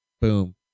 boom